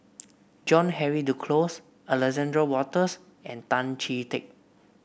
John Henry Duclos Alexander Wolters and Tan Chee Teck